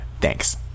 Thanks